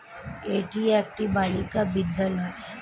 এটি একটি বালিকা বিদ্যালয়